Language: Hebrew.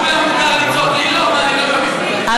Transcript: לכולם מותר לצעוק, אני לא מבין.